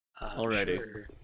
Alrighty